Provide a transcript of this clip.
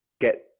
get